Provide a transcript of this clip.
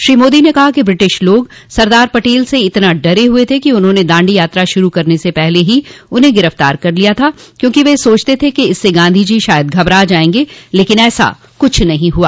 श्री मोदी ने कहा कि ब्रिटिश लोग सरदार पटेल से इतने डरे हुए थे कि उन्होंने दांडी यात्रा शुरू होने से पहले ही उन्हें गिरफ्तार कर लिया था क्योंकि वे सोचते थे कि इससे गांधी जी शायद घबरा जाएंगे लेकिन ऐसा कुछ नहीं हुआ